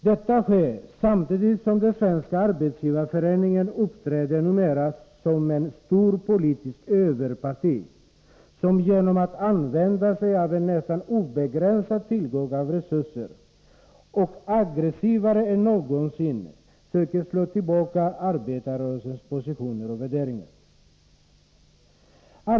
Detta sker samtidigt som Svenska arbetsgivareföreningen numera uppträder som ett stort politiskt överparti, som — genom att använda sin nästan obegränsade tillgång till resurser — mer aggressivt än någonsin försöker slå tillbaka arbetarrörelsens positioner och slå ned på dess värderingar.